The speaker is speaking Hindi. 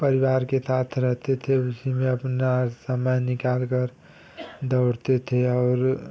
पारिवार के थाथ रहते थे उसी में अपना समय निकाल कर दौड़ते थे और